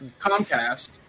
Comcast